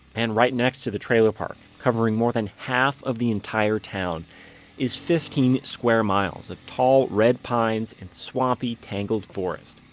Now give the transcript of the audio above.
and right next to the trailer park covering more than half the entire town is fifteen square miles of tall red pines and swampy, tangled forest.